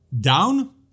down